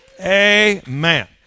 Amen